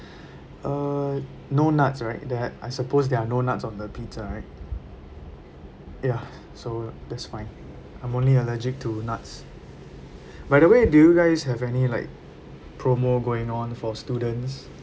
err no nuts right that I suppose there are no nuts on the pizza right ya so that's fine I'm only allergic to nuts by the way do you guys have any like promo going on for students